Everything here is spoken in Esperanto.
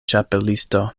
ĉapelisto